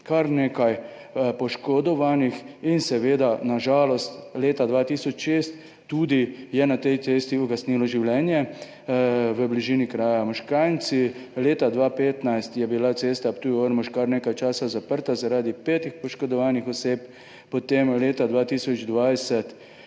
kar nekaj poškodovanih, na žalost je leta 2006 na tej cesti ugasnilo tudi življenje v bližini kraja Moškanjci. Leta 2015 je bila cesta Ptuj–Ormož kar nekaj časa zaprta zaradi petih poškodovanih oseb. Potem leta 2020